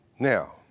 Now